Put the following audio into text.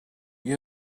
you